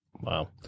Wow